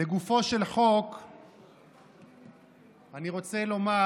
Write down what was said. לגופו של חוק אני רוצה לומר,